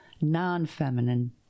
non-feminine